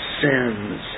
sins